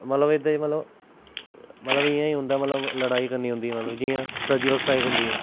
मतलब एह्दे मतलब मतलब इयां इयां होंदा मतलब लड़ाई करनी होंदी मतलब जियां सर्जिकल स्ट्राईक होंदी ऐ